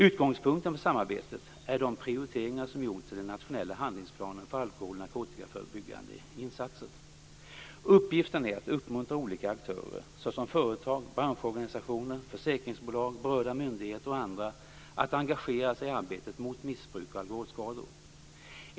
Utgångspunkten för samarbetet är de prioriteringar som gjorts i den nationella handlingsplanen för alkohol och narkotikaförebyggande insatser. Uppgiften är att uppmuntra olika aktörer, såsom företag, branschorganisationer, försäkringsbolag, berörda myndigheter och andra att engagera sig i arbetet mot missbruk och alkoholskador.